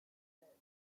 well